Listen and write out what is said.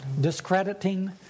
discrediting